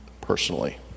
personally